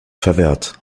verwehrt